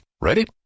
Ready